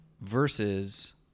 versus